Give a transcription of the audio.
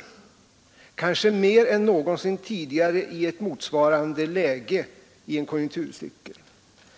— kanske mer än någonsin tidigare i ett motsvarande läge i en konjunkturcykel — en rad orosmoment och osäkra faktorer.